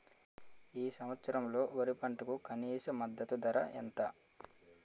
ఈ సంవత్సరంలో వరి పంటకు కనీస మద్దతు ధర ఎంత?